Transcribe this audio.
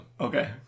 Okay